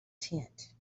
tent